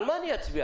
על מה אני אצביע?